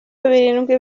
birindwi